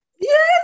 Yes